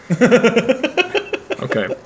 Okay